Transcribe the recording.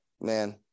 man